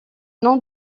nom